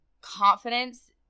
confidence